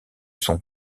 son